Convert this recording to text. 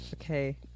okay